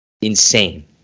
insane